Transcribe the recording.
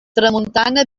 tramuntana